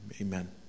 Amen